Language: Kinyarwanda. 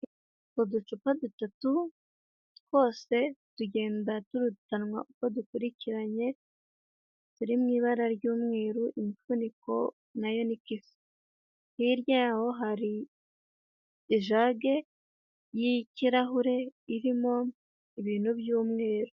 Uducupa dutatu twose tugenda turutanwa uko dukurikiranye, turi mu ibara ry'umweru imifuniko nayo ni uko isa, hirya yaho hari ijage y'ikirahure irimo ibintu by'umweru.